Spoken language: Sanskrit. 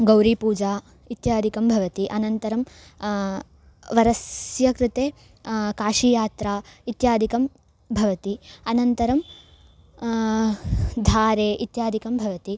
गौरी पूजा इत्यादिकं भवति अनन्तरं वरस्य कृते काशीयात्रा इत्यादिकं भवति अनन्तरं धारे इत्यादिकं भवति